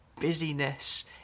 busyness